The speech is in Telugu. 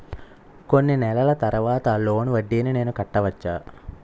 కొన్ని నెలల తర్వాత లోన్ వడ్డీని నేను కట్టవచ్చా?